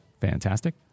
Fantastic